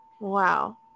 wow